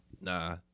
Nah